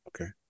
okay